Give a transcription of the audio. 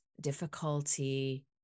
difficulty